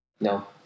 No